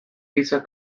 giza